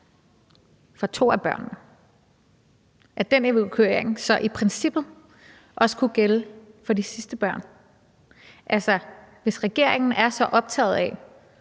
af to af børnene, så kunne den evakuering i princippet også gælde for de sidste børn? Altså, hvis regeringen også er optaget af,